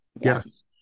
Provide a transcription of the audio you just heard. Yes